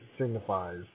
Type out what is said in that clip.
signifies